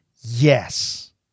Yes